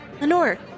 Lenore